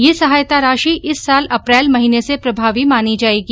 ये सहायता राशि इस साल अप्रैल महीने से प्रभावी मानी जायेगी